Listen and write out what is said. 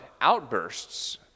outbursts